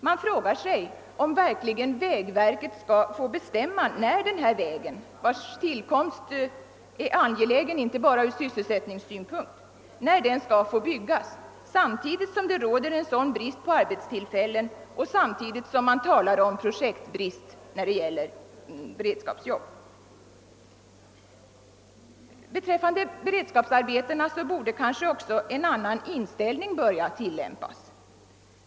Man frågar sig om verkligen vägverket skall få bestämma när denna väg, vars tillkomst är så angelägen inte bara ur sysselsättningssynpunkt, skall få byggas, samtidigt som det råder en sådan brist på arbetstillfällen och samtidigt som man talar om projektbrist när det gäller beredskapsarbeten. Beträffande beredskapsarbetena borde kanske också en annan inställning börja tillämpas.